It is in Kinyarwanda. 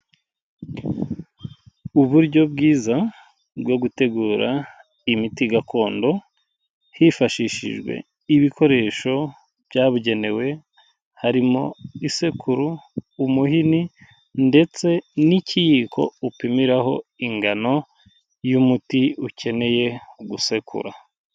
Uburyo bwiza, bwo gutegura imiti gakondo, hifashishijwe ibikoresho byabugenewe, harimo isekuru, umuhini ndetse n'ikiyiko upimiraho ingano y'umuti ukeneye gusekura.